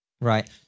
right